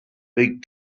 big